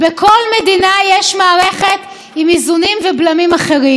בכל מדינה יש מערכת עם איזונים ובלמים אחרת.